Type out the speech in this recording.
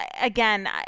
again